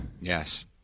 Yes